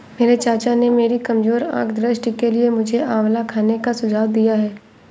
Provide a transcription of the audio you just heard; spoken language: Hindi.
मेरे चाचा ने मेरी कमजोर आंख दृष्टि के लिए मुझे आंवला खाने का सुझाव दिया है